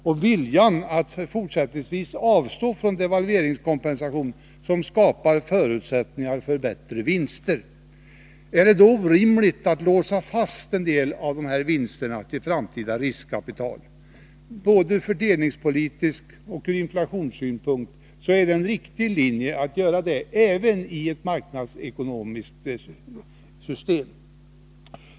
Även viljan att fortsättningsvis avstå från devalveringskompensation skapar förutsättningar för bättre vinster. ; Är det då orimligt att låsa fast en del av dessa vinster som ett framtida riskkapital? Både fördelningspolitiskt och ur inflationssynpunkt är det en riktig linje, även i ett marknadsekonomiskt system.